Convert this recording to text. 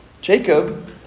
Jacob